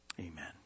Amen